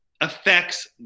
affects